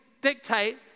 dictate